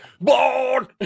born